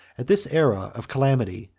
at this aera of calamity,